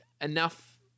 enough